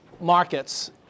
markets